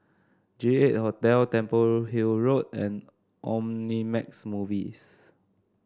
J eight Hotel Temple Hill Road and Omnimax Movies